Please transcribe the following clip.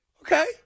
Okay